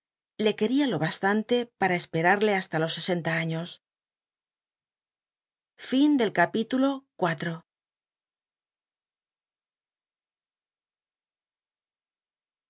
le que ría lo bastan te para esperarle hasta los sesenta aiíos